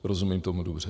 Rozumím tomu dobře?